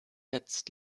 jetzt